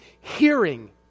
hearing